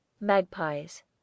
MAGPIES